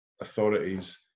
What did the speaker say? authorities